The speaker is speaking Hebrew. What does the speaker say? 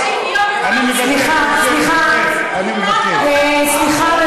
יש שוויון, סליחה, סליחה, סליחה.